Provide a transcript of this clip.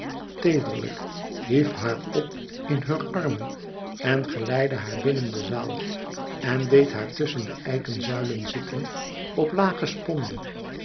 teederlijk hief haar op in heur armen en geleidde haar binnen de zaal en deed haar tusschen de eiken zuilen zitten op lage